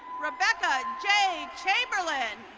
rebecca j chamberlain.